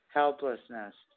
helplessness